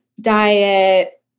diet